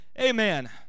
Amen